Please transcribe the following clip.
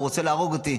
הוא רוצה להרוג אותי.